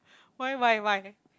why why why